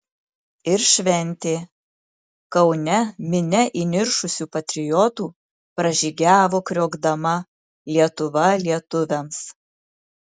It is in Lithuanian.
ir šventė kaune minia įniršusių patriotų pražygiavo kriokdama lietuva lietuviams